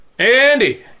Andy